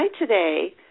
today